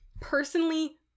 personally